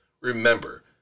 Remember